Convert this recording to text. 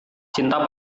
cinta